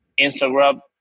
instagram